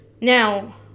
Now